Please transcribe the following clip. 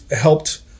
helped